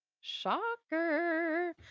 shocker